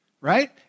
right